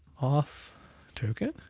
auth token